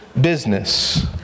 business